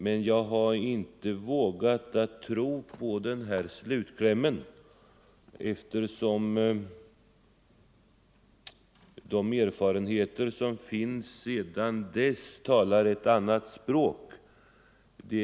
Men jag har inte vågat tro på slutklämmen, eftersom de erfarenheter som vunnits sedan dess talar ett annat språk.